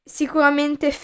sicuramente